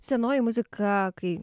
senoji muzika kai